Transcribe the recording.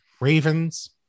Ravens